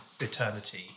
eternity